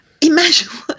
Imagine